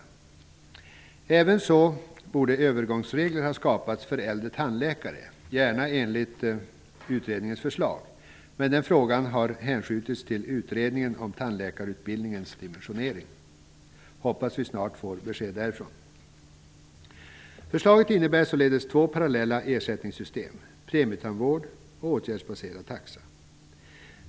Ävenså borde övergångsregler ha skapats för äldre tandläkare, gärna enligt utredningens förslag. Den frågan har dock hänskjutits till utredningen om tandläkarutbildningens dimensionering. Jag hoppas att vi snart får besked därifrån. Förslaget innebär således två parallella ersättningssystem, premietandvård och åtgärdsbaserad taxa.